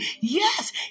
yes